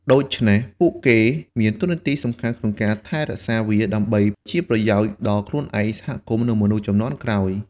ដូច្នេះ ពួកគេមានតួនាទីសំខាន់ក្នុងការថែរក្សាវា ដើម្បីជាប្រយោជន៍ដល់ខ្លួនឯង សហគមន៍ និងមនុស្សជំនាន់ក្រោយ។